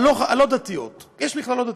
הלא-דתיות יש מכללות דתיות,